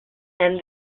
and